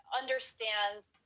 understands